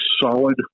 solid